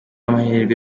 amahirwe